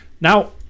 Now